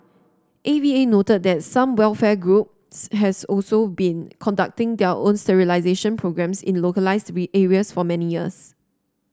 A V A noted that some welfare groups has also been conducting their own sterilisation programmes in localised areas for many years